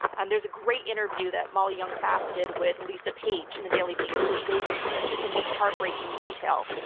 and there's a great interview that molly jong-fast did with lisa page in the daily beast, which goes into this and in heartbreaking detail,